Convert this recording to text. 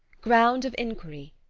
ground of inquiry.